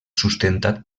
sustentat